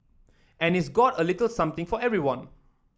and it's got a little something for everyone